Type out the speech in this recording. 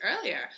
earlier